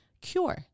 Cure